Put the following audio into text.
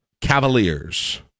Cavaliers